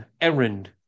errand